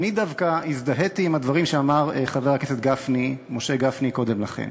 אני דווקא הזדהיתי עם הדברים שאמר חבר הכנסת משה גפני קודם לכן,